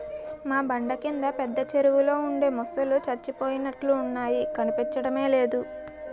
మా బండ కింద పెద్ద చెరువులో ఉండే మొసల్లు సచ్చిపోయినట్లున్నాయి కనిపించడమే లేదు